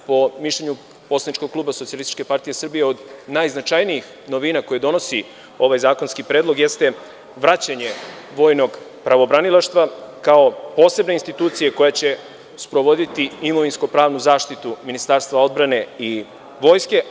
Po mišljenju poslaničkog kluba Socijalističke partije Srbije, jedna od najznačajnijih novina koju donosi ovaj zakonski predlog jeste vraćanje vojnog pravobranilaštva kao posebne institucije koja će sprovoditi imovinsko-pravnu zaštitu Ministarstva odbrane i vojske.